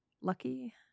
lucky